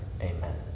Amen